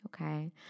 Okay